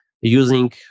using